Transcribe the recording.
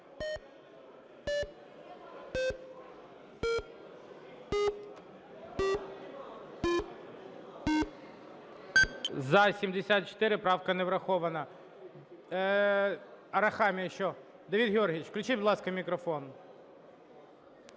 За-74 Правка не врахована. Арахамія, що? Давид Георгійович? Включіть, будь ласка, мікрофон.